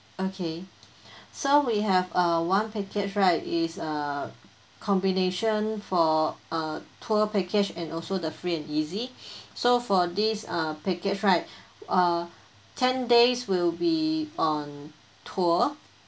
okay so we have uh one package right is uh combination for uh tour package and also the free and easy so for this uh package right uh ten days will be on tour